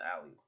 alley